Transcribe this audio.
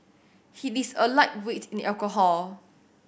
he is a lightweight in alcohol